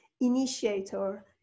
initiator